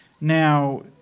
Now